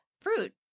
fruit